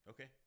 Okay